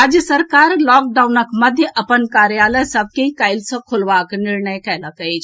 राज्य सरकार लॉकडाउनक मध्य अपन कार्यालय सभ के काल्हि सँ खोलबाक निर्णय कएलक अछि